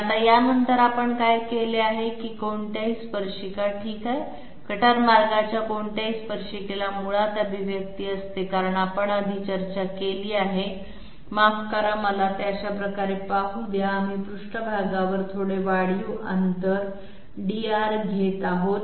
आता यानंतर आपण काय केले आहे की कोणत्याही स्पर्शिका ठीक आहे कटर मार्गाच्या कोणत्याही स्पर्शिकेला मुळात अभिव्यक्ती असते कारण आपण आधी चर्चा केली आहे माफ करा मला ते अशा प्रकारे पाहू द्या आम्ही पृष्ठभागावर थोडे वाढीव अंतर dR घेत आहोत